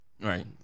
Right